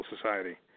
society